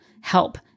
help